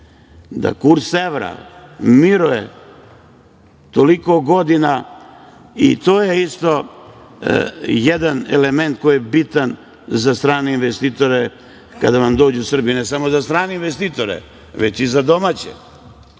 da kurs evra miruje toliko godina i to je isto jedan element koji je bitan za strane investitore kada vam dođu u Srbiju, ne samo za strane investitore, već i za domaće. Kad